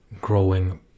growing